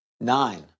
Nine